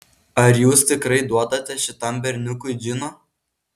ar jūs tikrai duodate šitam berniukui džino